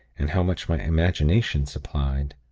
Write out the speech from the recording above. and how much my imagination supplied.